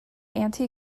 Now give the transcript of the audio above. anti